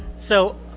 so,